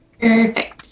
Perfect